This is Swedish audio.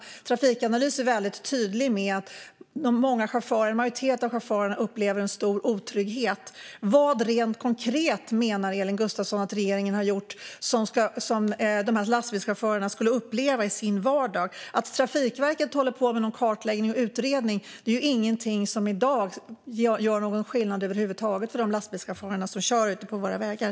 Från Trafikanalys är man väldigt tydlig med att en majoritet av chaufförerna upplever en stor otrygghet. Vad menar Elin Gustafsson att regeringen har gjort mer konkret som de här lastbilschaufförerna skulle uppleva i sin vardag? Att Trafikverket håller på med någon kartläggning och utredning är ingenting som gör någon skillnad över huvud taget i dag för de lastbilschaufförer som kör ute på våra vägar.